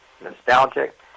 nostalgic